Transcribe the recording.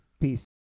Peace